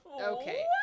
okay